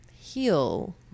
heal